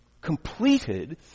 Completed